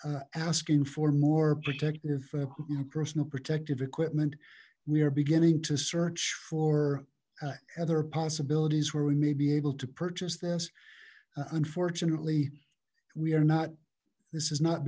asking for more protective personal protective equipment we are beginning to search for other possibilities where we may be able to purchase this unfortunately we are not this is not